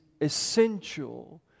essential